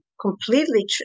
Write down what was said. completely